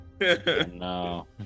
No